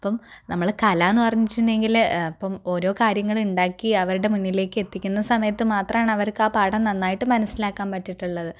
അപ്പം നമ്മുടെ കല എന്ന് പറഞ്ഞിട്ടെങ്കിൽ ഇപ്പം ഓരോ കാര്യങ്ങൾ ഉണ്ടാക്കി അവരുടെ മുന്നിലേക്ക് എത്തിക്കുന്ന സമയത്ത് മാത്രമാണ് അവർക്ക് ആ പാഠം നന്നായിട്ട് മനസ്സിലാക്കാൻ പറ്റിയിട്ടുള്ളത്